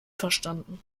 verstanden